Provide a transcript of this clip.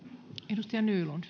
arvoisa